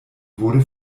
wurde